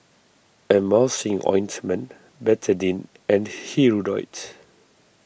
Emulsying Ointment Betadine and Hirudoid